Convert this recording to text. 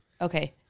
Okay